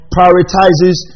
Prioritizes